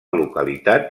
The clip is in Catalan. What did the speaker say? localitat